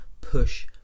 push